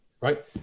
right